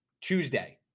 Tuesday